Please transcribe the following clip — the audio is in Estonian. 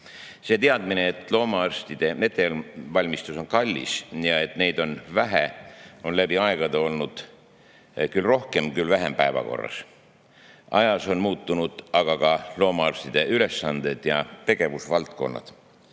teadmine, et loomaarstide ettevalmistus on kallis ja et neid on vähe, on läbi aegade olnud küll rohkem, küll vähem päevakorras. Ajas on muutunud aga ka loomaarstide ülesanded ja tegevusvaldkonnad.